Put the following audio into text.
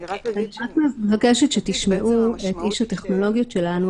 אני מבקשת שתשמעו את איש הטכנולוגיות שלנו,